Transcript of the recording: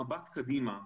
במבט קדימה,